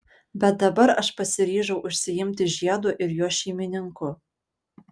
bet dabar aš pasiryžau užsiimti žiedu ir jo šeimininku